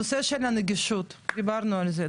נושא של הנגישות דיברנו על זה,